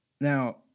Now